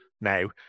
now